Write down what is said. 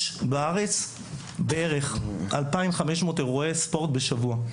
יש בארץ בערך 2,500 אירועי ספורט בשבוע.